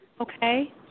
okay